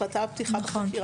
החלטה על פתיחה בחקירה,